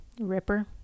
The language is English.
Ripper